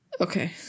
Okay